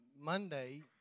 Monday